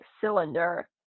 cylinder